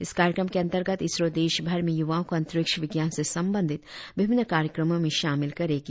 इस कार्यक्रम के अंतर्गत इसरो देश भर में यूवाओं को अंतरिक्ष विज्ञान से संबंधित विभिन्न कार्यक्रमों में शामिल करेगी